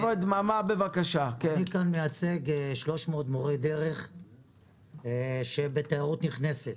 אני מייצג כאן 300 מורי דרך בתיירות נכנסת.